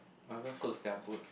whatever floats their boat